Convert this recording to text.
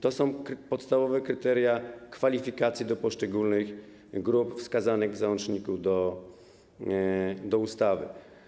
To są podstawowe kryteria kwalifikacji do poszczególnych grup wskazanych w załączniku do ustawy.